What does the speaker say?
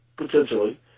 potentially